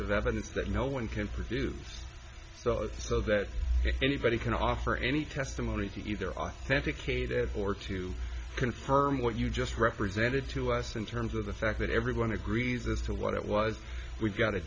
of evidence that no one can produce those so that anybody can offer any testimony to either authenticated or to confirm what you just represented to us in terms of the fact that everyone agrees as to what it was we've got a